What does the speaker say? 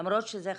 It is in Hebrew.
למרות שזה חשוב.